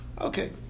Okay